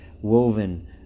woven